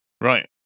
Right